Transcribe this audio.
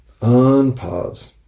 Unpause